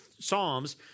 psalms